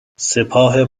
سپاه